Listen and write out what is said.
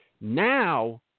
Now